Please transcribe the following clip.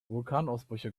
vulkanausbrüche